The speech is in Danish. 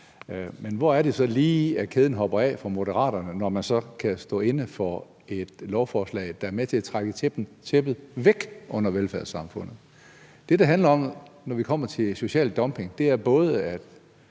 Men hvor er det så lige, at kæden hopper af for Moderaterne, når man så kan stå inde for et lovforslag, der er med til at trække til tæppet væk under velfærdssamfundet? Det, det handler om, når det kommer til social dumping, er både, at